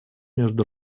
между